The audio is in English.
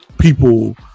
people